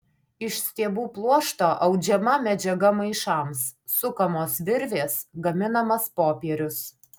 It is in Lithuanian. iš stiebų pluošto audžiama medžiaga maišams sukamos virvės gaminamas popierius